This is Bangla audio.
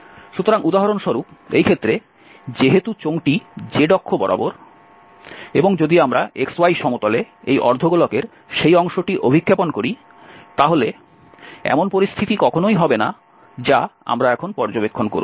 সুতরাং উদাহরণস্বরূপ এই ক্ষেত্রে যেহেতু চোঙটি z অক্ষ বরাবর এবং যদি আমরা xy সমতলে এই অর্ধ গোলকের সেই অংশটি অভিক্ষেপণ করি তাহলে এমন পরিস্থিতি কখনই হবে না যা আমরা এখন পর্যবেক্ষণ করব